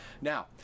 Now